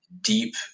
deep